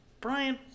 brian